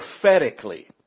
prophetically